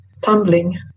tumbling